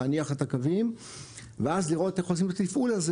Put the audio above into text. להניח את הקווים ואז לראות איך עושים תפעול לזה,